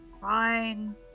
Fine